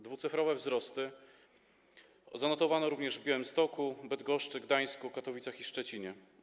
Dwucyfrowe wzrosty zanotowano w Białymstoku, Bydgoszczy, Gdańsku, Katowicach i Szczecinie.